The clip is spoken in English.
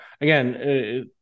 again